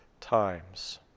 times